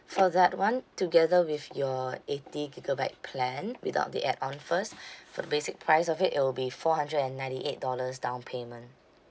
for that [one] together with your eighty gigabyte plan without the add-on first for the basic price of it it will be four hundred and ninety eight dollars downpayment